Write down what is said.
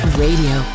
radio